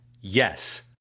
yes